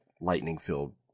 lightning-filled